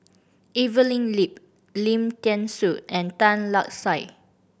Evelyn Lip Lim Thean Soo and Tan Lark Sye